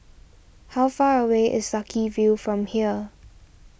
how far away is Sucky View from here